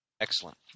Excellent